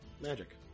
Magic